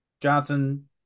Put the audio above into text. Johnson